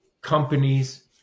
companies